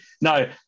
no